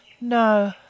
No